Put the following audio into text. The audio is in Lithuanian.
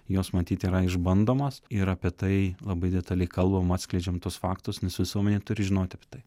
jos matyt yra išbandomos ir apie tai labai detaliai kalbama atskleidžiame tuos faktus visuomenė turi žinoti